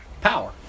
Power